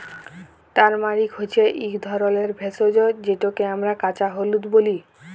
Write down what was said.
turmeric হছে ইক ধরলের ভেষজ যেটকে আমরা কাঁচা হলুদ ব্যলি